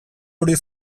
hori